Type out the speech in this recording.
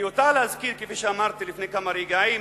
מיותר להזכיר, כפי שאמרתי לפני כמה רגעים,